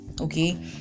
okay